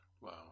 Wow